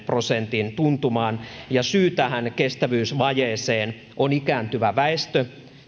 prosentin tuntumaan ja syy tähän kestävyysvajeeseen on ikääntyvä väestö